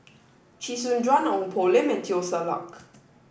Chee Soon Juan Ong Poh Lim and Teo Ser Luck